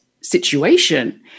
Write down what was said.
situation